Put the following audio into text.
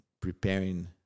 preparing